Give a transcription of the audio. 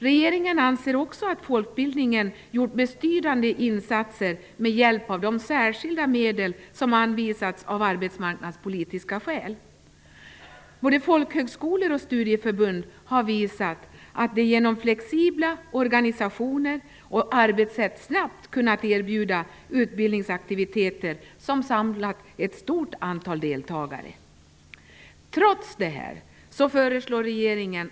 Regeringen anser också att folkbildningen gjort betydande insatser med hjälp av de särskilda medel som anvisats av arbetsmarknadspolitiska skäl. Både folkhögskolor och studieförbund har visat att de genom flexibilitet i organisationer och arbetssätt snabbt kunnat erbjuda utbildningsaktiviteter som samlat ett stort antal deltagare.